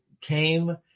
came